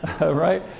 right